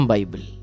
Bible